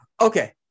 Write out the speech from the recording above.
okay